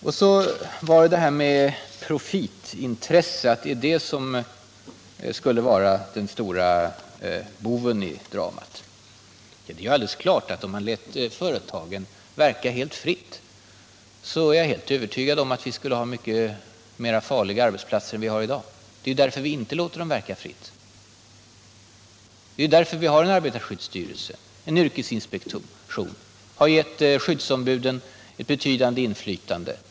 Sedan till Lars-Ove Hagbergs uttalande att profitintresset skulle vara den stora boven i dramat. Om man lät företagen verka helt fritt är jag övertygad om att vi skulle ha mycket mer farliga arbetsplatser än vi har i dag. Det är därför vi inte låter dem verka fritt. Det är därför vi har en arbetarskyddsstyrelse och en yrkesinspektion, och det är därför vi har gett skyddsombuden ett betydande inflytande.